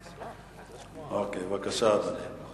בבקשה, אדוני.